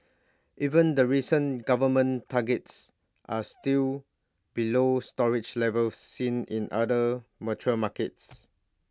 even the recent government targets are still below storage levels seen in other mature markets